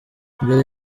mbere